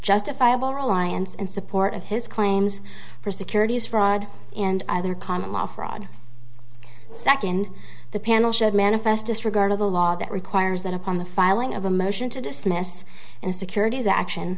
justifiable reliance and support of his claims for securities fraud and other common law fraud second the panel should manifest disregard of the law that requires that upon the filing of a motion to dismiss and securities action